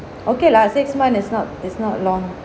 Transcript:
okay lah six months is not is not long